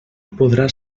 podrà